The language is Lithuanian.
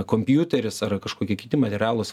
kompiuteris ar kažkokie kiti materialūs